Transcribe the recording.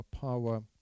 power